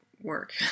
work